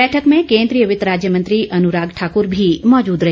बैठक में केन्द्रीय वित्त राज्य मंत्री अनुराग ठाकुर भी मौजूद रहे